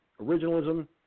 originalism